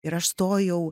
ir aš stojau